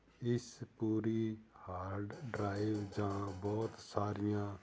ਇਸ ਪੂਰੀ hard drive ਜਾਂ ਬਹੁਤ ਸਾਰੀਆਂ